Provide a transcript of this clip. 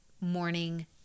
morning